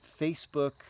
Facebook